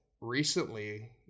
recently